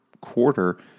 quarter